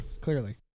clearly